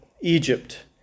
Egypt